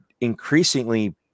increasingly